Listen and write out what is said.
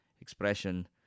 expression